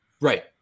Right